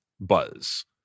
buzz